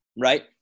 right